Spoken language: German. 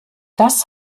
das